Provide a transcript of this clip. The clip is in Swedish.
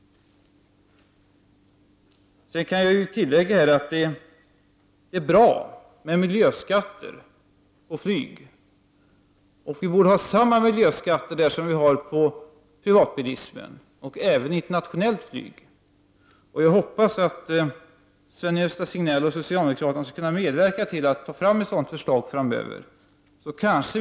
Jag kan tillägga att det är bra med miljöskatter på flyget. Vi borde ha samma miljöskatter i detta sammanhang som när det gäller privatbilismen. Detta borde även gälla internationellt flyg. Jag hoppas att Sven-Gösta Signell och övriga socialdemokrater skall kunna medverka till att ett sådant förslag tas fram framöver.